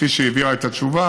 כפי שהיא העבירה את התשובה,